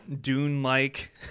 dune-like